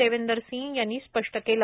देवेंदर सिंह यांनी स्पष्ट केले